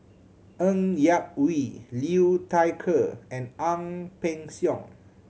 Ng Yak Whee Liu Thai Ker and Ang Peng Siong